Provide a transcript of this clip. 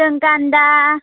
जों गान्दा